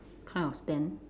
kind of stand